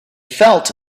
felt